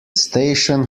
station